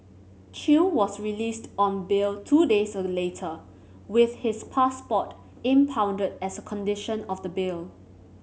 Chew was released on bail two days later with his passport impounded as a condition of the bail